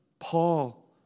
Paul